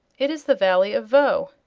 it is the valley of voe.